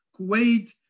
Kuwait